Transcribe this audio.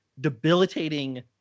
debilitating